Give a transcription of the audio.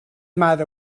matter